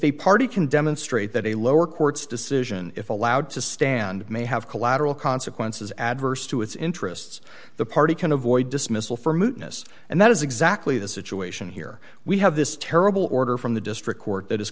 a party can demonstrate that a lower court's decision if allowed to stand may have collateral consequences adverse to its interests the party can avoid dismissal for mootness and that is exactly the situation here we have this terrible order from the district court that is